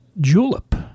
julep